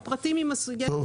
הפרטים, יהיה דיון --- טוב.